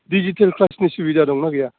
digital क्लासनि सुबिदा दंना गैया